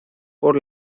por